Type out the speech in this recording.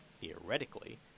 theoretically